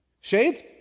Shades